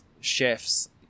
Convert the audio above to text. chefs